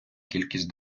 кількість